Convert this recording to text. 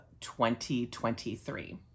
2023